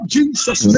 Jesus